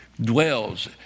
dwells